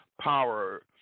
power